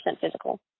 physical